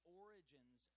origins